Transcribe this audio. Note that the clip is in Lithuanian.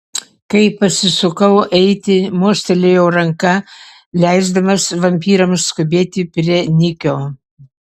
kai pasisukau eiti mostelėjau ranka leisdamas vampyrams skubėti prie nikio